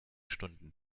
stunden